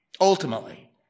ultimately